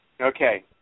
Okay